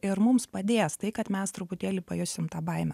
ir mums padės tai kad mes truputėlį pajusim tą baimę